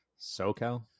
SoCal